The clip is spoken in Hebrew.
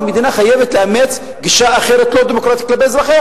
מדוע המדינה חייבת להתנהל בניגוד להחלטות